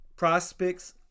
Prospects